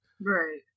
Right